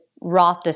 Roth